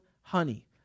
honey